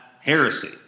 heresy